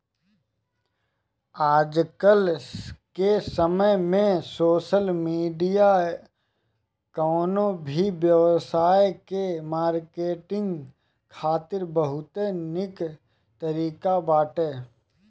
आजकाल के समय में सोशल मीडिया कवनो भी व्यवसाय के मार्केटिंग खातिर बहुते निक तरीका बाटे